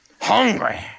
Hungry